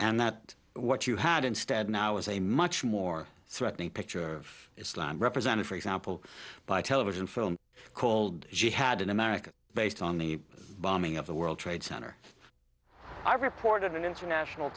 and that what you had instead now is a much more threatening picture of islam represented for example by television film called jihad in america based on the bombing of the world trade center i reported in international